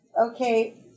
Okay